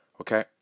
Okay